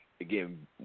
again